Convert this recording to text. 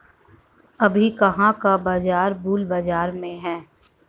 अभी कहाँ का बाजार बुल बाजार में है?